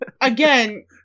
again